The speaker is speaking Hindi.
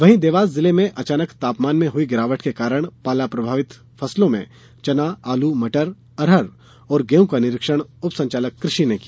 वहीं देवास जिले में अचानक तापमान में हुई गिरावट के कारण पाला प्रभावित फसलों चना आलू मटर अरहर और गेहूं का निरीक्षण उप संचालक कृषि ने किया